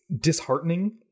disheartening